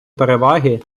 переваги